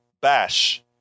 bash